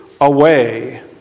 away